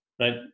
right